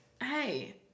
Hey